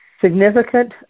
significant